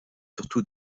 surtout